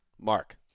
Mark